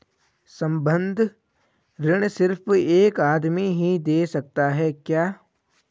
संबंद्ध ऋण सिर्फ एक आदमी ही दे सकता है क्या?